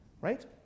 right